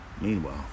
Meanwhile